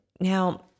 Now